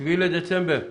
ה-7 לדצמבר,